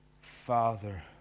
Father